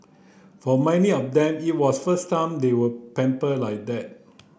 for many of them it was the first time they were pampered like that